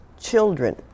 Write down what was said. children